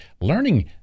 learning